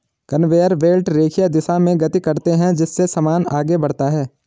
conveyor belt रेखीय दिशा में गति करते हैं जिससे सामान आगे बढ़ता है